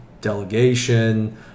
delegation